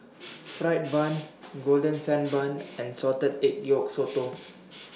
Fried Bun Golden Sand Bun and Salted Egg Yolk Sotong